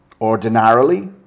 Ordinarily